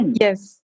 Yes